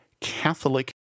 Catholic